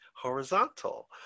horizontal